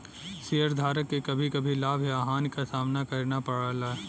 शेयरधारक के कभी कभी लाभ या हानि क सामना करना पड़ला